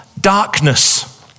darkness